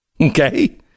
Okay